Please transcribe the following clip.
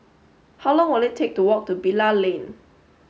how long will it take to walk to Bilal Lane